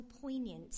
poignant